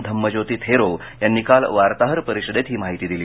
धम्मज्योती थेरो यांनी काल वार्ताहर परिषदेत ही माहिती दिली